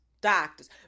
doctors